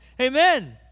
Amen